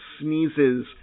sneezes